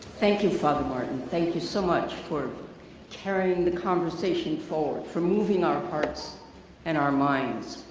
thank you, father martin, thank you so much for carrying the conversation forward, for moving our hearts and our minds.